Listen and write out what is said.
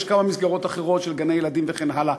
יש כמה מסגרות אחרות של גני-ילדים וכן הלאה.